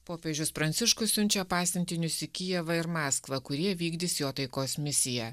popiežius pranciškus siunčia pasiuntinius į kijevą ir maskvą kurie vykdys jo taikos misiją